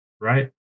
Right